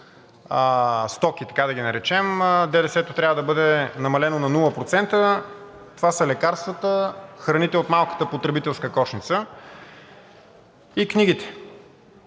стоки, така да ги наречем, ДДС-то трябва да бъде намалено на нула процента. Това са лекарствата, храните от малката потребителска кошница и книгите.